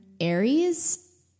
Aries